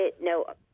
No